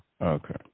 okay